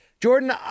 jordan